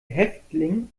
häftling